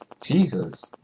Jesus